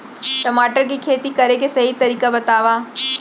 टमाटर की खेती करे के सही तरीका बतावा?